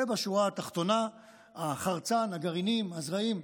בשורה התחתונה החרצן, הגרעינים, הזרעים,